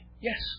yes